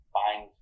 find